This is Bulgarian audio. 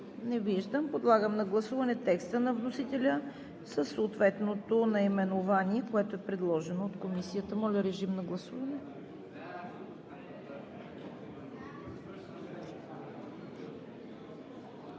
Не виждам. Подлагам на гласуване текста на вносителя със съответното наименование, което е предложено от Комисията. Гласували